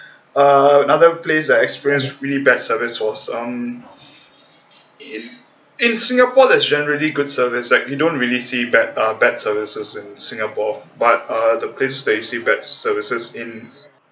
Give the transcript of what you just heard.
uh another place I experience really bad service was um in in singapore there's generally good service that you don't really see bad uh bad services in singapore but uh the place that we receive services in